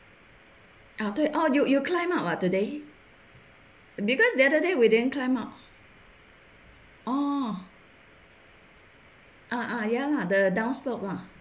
啊对 orh orh you climb up ah today because the other day we didn't climb up orh ah ah ya lah the down slope lah